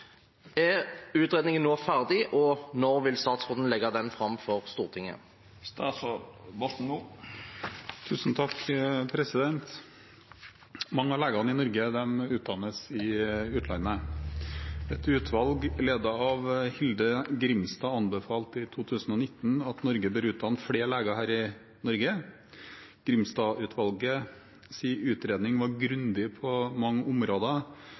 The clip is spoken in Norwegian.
Er utredningen nå ferdig, og når vil statsråden legge den frem for Stortinget?» Mange av legene i Norge utdannes i utlandet. Et utvalg ledet av Hilde Grimstad anbefalte i 2019 at Norge bør utdanne flere leger her i Norge. Grimstad-utvalgets utredning var grundig på mange områder,